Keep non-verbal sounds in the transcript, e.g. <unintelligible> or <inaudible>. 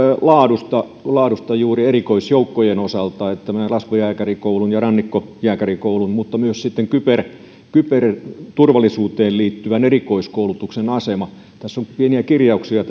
laadusta laadusta juuri erikoisjoukkojen osalta laskuvarjojääkärikoulun ja rannikkojääkärikoulun mutta myös sitten kyberturvallisuuteen liittyvän erikoiskoulutuksen asemasta tässä budjetissa on pieniä kirjauksia <unintelligible>